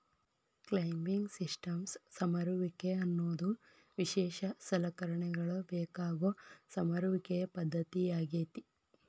climbing systems ಸಮರುವಿಕೆ ಅನ್ನೋದು ವಿಶೇಷ ಸಲಕರಣೆಗಳ ಬೇಕಾಗೋ ಸಮರುವಿಕೆಯ ಪದ್ದತಿಯಾಗೇತಿ